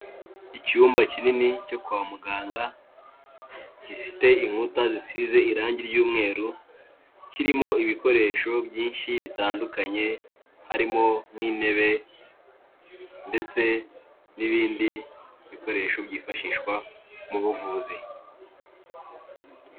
Icyumba kinini cyo kwa muganga, gifite inkuta zisize irangi ry'umweru, kirimo ibikoresho byinshi bitandukanye, harimo nk'intebe ndetse n'ibindi bikoresho byifashishwa mu buvuzi.